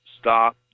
stop